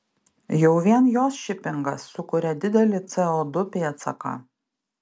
jau vien jos šipingas sukuria didelį co du pėdsaką